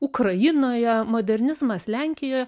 ukrainoje modernizmas lenkijoje